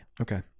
Okay